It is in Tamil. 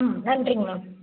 ம் நன்றிங்க மேம்